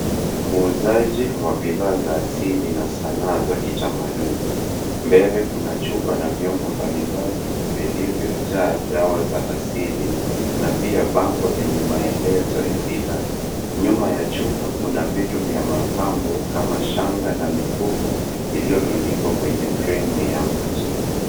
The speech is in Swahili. Muuzaji wa bidhaa za asili na sanaa za kitamaduni , mbele kuna chupa na vyombo mbalimbali vilivyojaa dawa za asili na pia bango lenye maelezo ya bidhaa. nyuma ya chupa kuna vitu vya mapambo kama shanga na mikufu iliyotundikwa kwenye fremu ya miti.